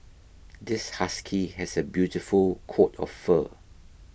this husky has a beautiful coat of fur